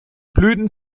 blüten